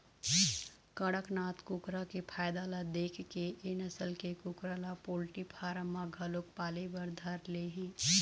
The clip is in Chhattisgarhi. कड़कनाथ कुकरा के फायदा ल देखके ए नसल के कुकरा ल पोल्टी फारम म घलोक पाले बर धर ले हे